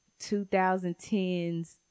2010s